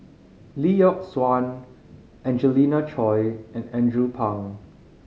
Lee Yock Suan Angelina Choy and Andrew Phang